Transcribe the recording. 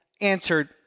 answered